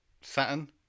Saturn